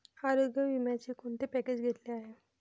आरोग्य विम्याचे कोणते पॅकेज घेतले आहे?